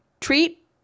Treat